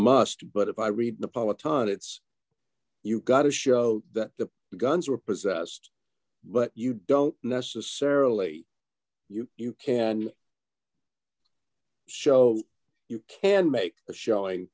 must but if i read the politan it's you got to show that the guns were possessed but you don't necessarily you you can show you can make a showing